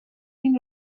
این